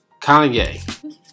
Kanye